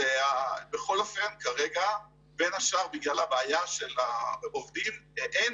בכל אופן כרגע בין השאר בגלל הבעיה של העובדים אין